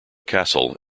castle